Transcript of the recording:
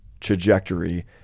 trajectory